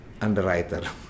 underwriter